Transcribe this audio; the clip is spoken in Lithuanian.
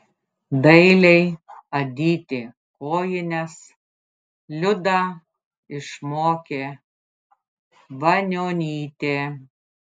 dailiai adyti kojines liudą išmokė banionytė